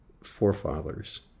forefathers